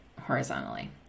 horizontally